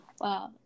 wow